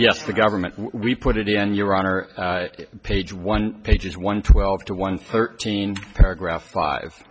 yes the government we put it in your honor page one pages one twelve to one thirteen paragraph five